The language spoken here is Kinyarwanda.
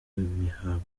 bihabanye